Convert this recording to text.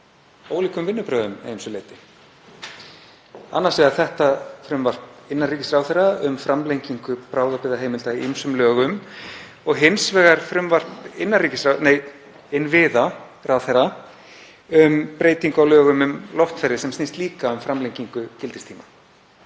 ólíkum vinnubrögðum að ýmsu leyti, annars vegar frumvarp innanríkisráðherra um framlengingu bráðabirgðaheimilda í ýmsum lögum og hins vegar frumvarp innviðaráðherra um breytingu á lögum um loftferðir sem snýst líka um framlengingu gildistíma.